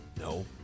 No